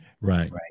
Right